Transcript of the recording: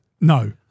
no